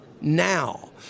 now